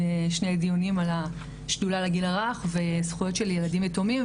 דיונים על השדולה לגיל הרך וזכויות של ילדים יתומים